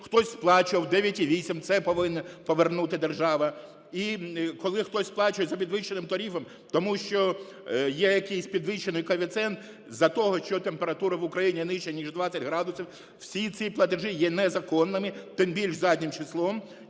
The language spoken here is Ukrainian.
хтось сплачував 9,8 – це повинна повернути держава. І коли хтось сплачує за підвищеним тарифом, тому що є якийсь підвищений коефіцієнт з-за того, що температура в Україні нижча, ніж 20 градусів, всі ці платежі є незаконними, тим більш заднім числом.